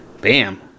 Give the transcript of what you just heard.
Bam